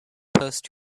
post